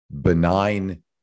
benign